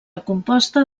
composta